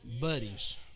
buddies